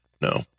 No